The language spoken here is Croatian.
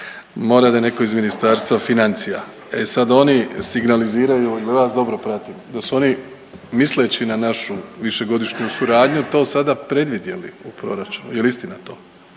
Mora da je neko iz Ministarstva financija. E sad oni signaliziraju jel …/Govornik se ne razumije./… da su oni misleći na našu višegodišnju suradnju to sada predvidjeli u proračunu. Jel istina to?